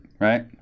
right